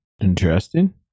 Interesting